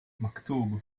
maktub